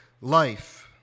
life